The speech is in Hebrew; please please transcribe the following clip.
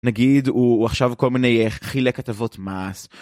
נגיד הוא עכשיו כל מיני, חילק הטבות מס.